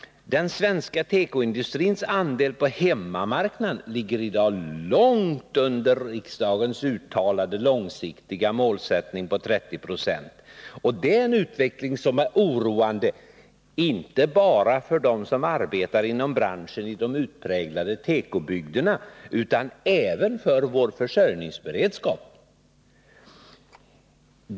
Den svenska tekoindustrins andel på hemmamarknaden ligger i dag långt under riksdagens uttalade långsiktiga målsättning på 30 26. Det är en utveckling som är oroande inte bara för dem som arbetar inom branschen i de utpräglade tekobygderna utan även för vår försörjningsberedskap.